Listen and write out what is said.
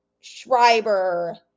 Schreiber